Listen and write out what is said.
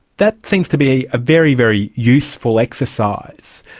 that seems to be a very very useful exercise.